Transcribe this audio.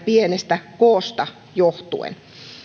pienestä koosta johtuen